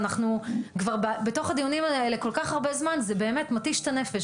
ואנחנו כבר בתוך הדיונים האלה כל כך הרבה זמן זה באמת מתיש את הנפש,